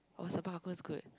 oh is good